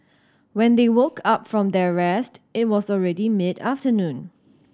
when they woke up from their rest it was already mid afternoon